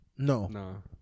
No